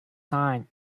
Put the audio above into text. signed